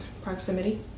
proximity